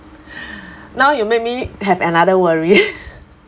now you make me have another worry